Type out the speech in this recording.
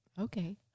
Okay